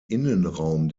innenraum